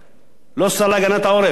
כי אין לו לא סמכויות ולא כלום,